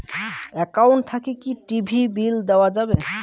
Account থাকি কি TV bill দেওয়া যাবে?